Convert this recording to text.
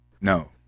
No